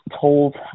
told